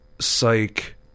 psych